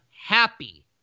happy